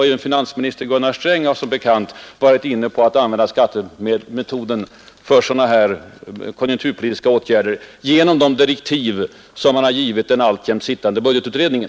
Även finansminister Sträng har som bekant själv förordat att skattevapnet skall användas för konjunkturpolitiska åtgärder i de direktiv, som han har givit den alltjämt sittande budgetutredningen.